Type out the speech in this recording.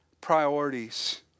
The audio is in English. priorities